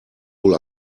wohl